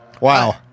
Wow